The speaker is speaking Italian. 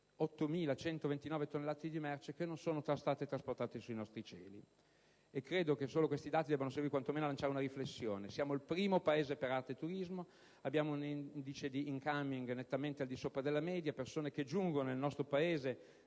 8.129 tonnellate di merce che non sono state trasportate sui nostri cieli. E credo che solo questi dati debbano servire quantomeno a lanciare una riflessione: siamo il primo Paese per arte e turismo, abbiamo un indice di *incoming* nettamente al di sopra della media, persone che giungono nel nostro Paese